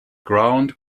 ground